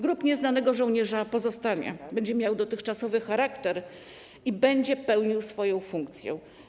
Grób Nieznanego Żołnierza pozostanie, będzie miał dotychczasowy charakter i będzie pełnił swoją funkcję.